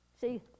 See